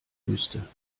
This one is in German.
wüste